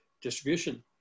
distribution